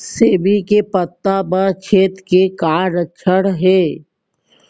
सेमी के पत्ता म छेद के का लक्षण हे?